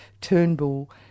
Turnbull